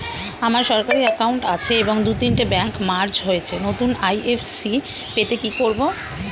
আমার সরকারি একাউন্ট আছে এবং দু তিনটে ব্যাংক মার্জ হয়েছে, নতুন আই.এফ.এস.সি পেতে কি করব?